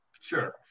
Sure